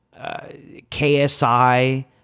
KSI